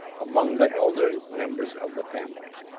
among the elder members of the family.